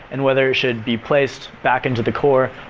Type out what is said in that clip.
and whether it should be placed back into the core,